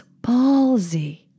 ballsy